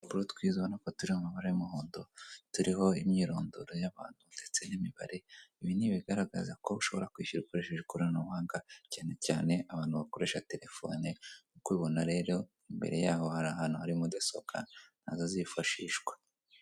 Udupapuro twiza urabona ko turi mu mabara y'umuhondo, turiho imyirondoro y'abantu ndetse n'imibare, ibi ni ibigaragaza ko ushobora kwishyura ukoresheje ikoranabuhanga cyane cyane abantu bakoresha terefone; uri kubibona rero imbere yaho hari ahantu hari mudasobwa na zo zifashishwa.